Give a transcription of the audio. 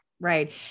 Right